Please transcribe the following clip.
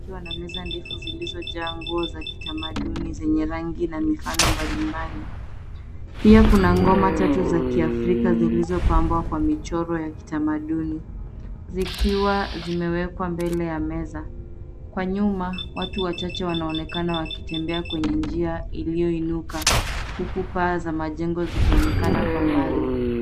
Ikiwa na meza ndefu zilizojaa nguo za kitamaduni zenye rangi na mifano mbalimbali. Pia kuna ngoma tatu za kiafrika zilizopambwa kwa michoro ya kitamaduni, zikiwa zimewekwa mbele ya meza. Kwa nyuma, watu wachache wanaonekana wakitembea kwenye njia iliyoinuka huku paa za majengo zikionekana kwa mbali.